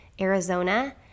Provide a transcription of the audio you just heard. Arizona